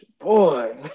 boy